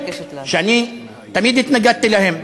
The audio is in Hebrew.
שאני תמיד התנגדתי להם.